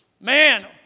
Man